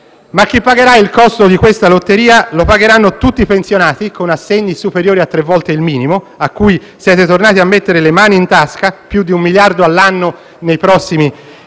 Chi pagherà il costo di questa lotteria? Lo pagheranno tutti i pensionati con assegni superiori a tre volte il minimo, a cui siete tornati a mettere le mani in tasca, più di un miliardo all'anno nei prossimi